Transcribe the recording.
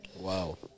Wow